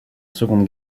seconde